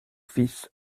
fils